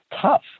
tough